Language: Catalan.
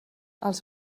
els